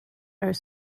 are